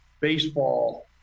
baseball